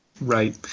Right